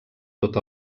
tot